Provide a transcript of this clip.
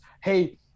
hey